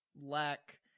lack